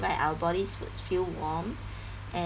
like our bodies would feel warm and